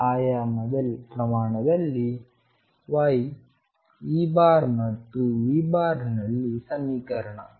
ಈ ಆಯಾಮವಿಲ್ಲದ ಪ್ರಮಾಣದಲ್ಲಿ y E ಮತ್ತು V ನಲ್ಲಿನ ಸಮೀಕರಣ